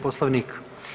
Poslovnika.